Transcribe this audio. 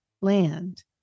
land